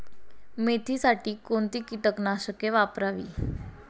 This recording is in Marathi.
मेथीसाठी कोणती कीटकनाशके वापरावी?